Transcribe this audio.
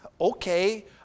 okay